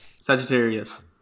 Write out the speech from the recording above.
Sagittarius